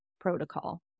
protocol